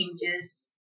changes